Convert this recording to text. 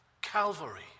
Calvary